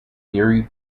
thierry